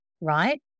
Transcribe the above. right